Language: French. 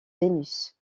vénus